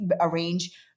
arrange